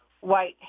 white